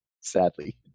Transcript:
sadly